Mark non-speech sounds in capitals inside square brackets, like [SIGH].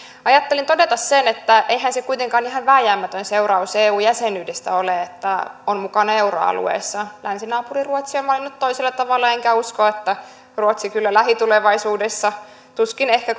ajattelin todeta sen että eihän se kuitenkaan ihan vääjäämätön seuraus eu jäsenyydestä ole että on mukana euroalueessa länsinaapuri ruotsi on valinnut toisella tavalla enkä usko että ruotsi kyllä lähitulevaisuudessa tuskin ehkä [UNINTELLIGIBLE]